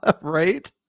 Right